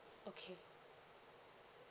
okay